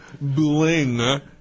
bling